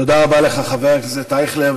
תודה רבה לך, חבר הכנסת אייכלר.